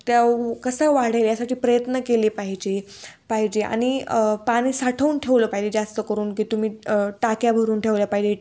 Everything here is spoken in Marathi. त्या कसा वाढेल यासाठी प्रयत्न केली पाहिजे पाहिजे आनि पाणी साठवून ठेवलं पाहिजे जास्त करून की तुम्ही टाक्या भरून ठेवल्या पाहिजे